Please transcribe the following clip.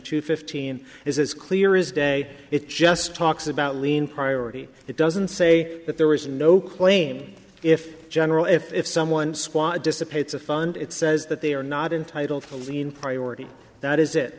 two fifteen is clear is day it just talks about lean priority it doesn't say that there is no claim if general if if someone squad dissipates a fund it says that they are not entitled to lean priority that is it